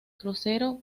crucero